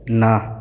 না